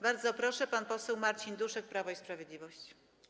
Bardzo proszę, pan poseł Marcin Duszek, Prawo i Sprawiedliwość.